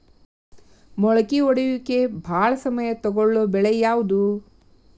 ಮೊಳಕೆ ಒಡೆಯುವಿಕೆಗೆ ಭಾಳ ಸಮಯ ತೊಗೊಳ್ಳೋ ಬೆಳೆ ಯಾವುದ್ರೇ?